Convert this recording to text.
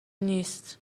نیست